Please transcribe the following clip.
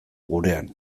gurean